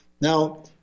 Now